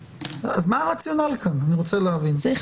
אז מה הרציונל כאן אני רוצה להבין?